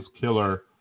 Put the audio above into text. killer